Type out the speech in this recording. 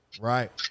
Right